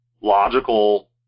logical